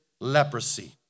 leprosy